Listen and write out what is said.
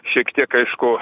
šiek tiek aišku